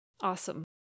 Awesome